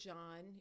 John